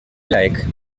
like